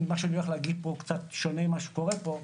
מה שאני הולך להגיד פה הוא קצת שונה ממה שקורה פה,